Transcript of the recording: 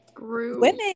women